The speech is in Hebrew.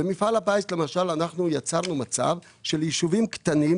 במפעל הפיס למשל אנחנו יצרנו מצב של ישובים קטנים,